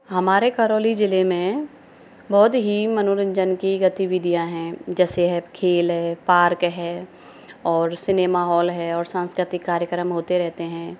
हमारे करौली ज़िले में बहुत ही मनोरंजन की गतिविधियाँ हैं जैसे है खेल है पार्क है और सिनेमा हॉल है और सांस्कृतिक कार्यक्रम होते रहते हैं